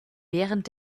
während